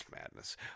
madness